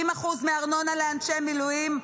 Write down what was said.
90% מארנונה לאנשי מילואים,